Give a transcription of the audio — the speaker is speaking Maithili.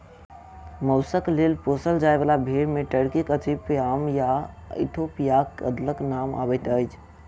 मौसक लेल पोसल जाय बाला भेंड़ मे टर्कीक अचिपयाम आ इथोपियाक अदलक नाम अबैत अछि